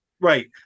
Right